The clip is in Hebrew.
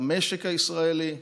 למשק הישראלי,